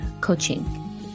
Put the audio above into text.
coaching